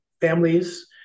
families